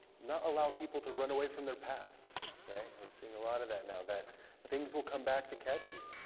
not allow people to run away from their pasts, right? and we're seeing a lot of that now, that things will come back to catch you.